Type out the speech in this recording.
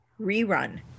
rerun